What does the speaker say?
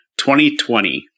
2020